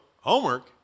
homework